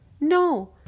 no